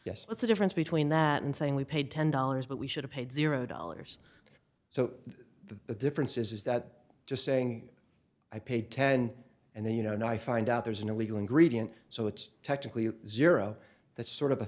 yes what's the difference between that and saying we paid ten dollars but we should have paid zero dollars so the difference is is that just saying i paid ten and then you know now i find out there's an illegal and greedy and so it's technically zero that's sort of a